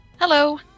Hello